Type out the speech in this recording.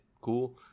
cool